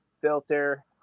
filter